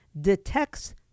detects